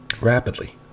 rapidly